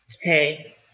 Hey